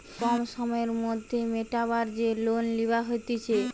কম সময়ের মধ্যে মিটাবার যে লোন লিবা হতিছে